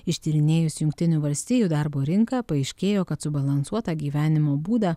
ištyrinėjus jungtinių valstijų darbo rinką paaiškėjo kad subalansuotą gyvenimo būdą